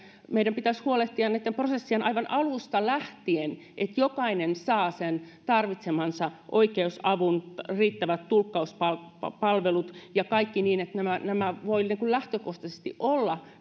meidän pitäisi huolehtia prosessien aivan alusta lähtien että jokainen saa sen tarvitsemansa oikeusavun riittävät tulkkauspalvelut ja kaikki niin että nämä nämä prosessit voivat edes lähtökohtaisesti olla